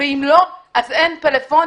ואם לא, אז אין פלאפונים.